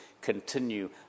continue